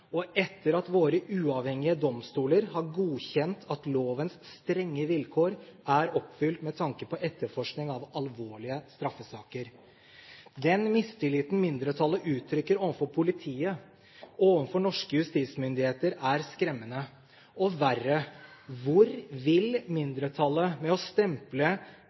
og etter at våre uavhengige domstoler har godkjent at lovens strenge vilkår er oppfylt med tanke på etterforskning av alvorlige straffesaker. Den mistilliten mindretallet uttrykker overfor politiet, overfor norske justismyndigheter, er skremmende. Og verre: Hvor vil mindretallet med å stemple